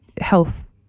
health